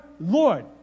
Lord